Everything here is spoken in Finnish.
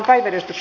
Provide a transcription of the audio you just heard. asia